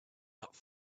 not